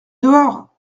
dehors